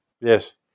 Yes